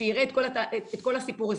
שיראה את כל הסיפור.